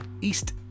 east